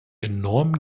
enorm